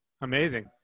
Amazing